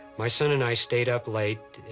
my son and i stayed up late.